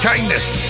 kindness